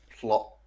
plot